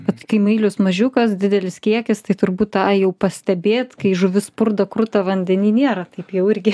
vat kai mailius mažiukas didelis kiekis tai turbūt tą jau pastebėt kai žuvis spurda kruta vandeny nėra taip jau irgi